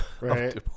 right